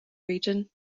region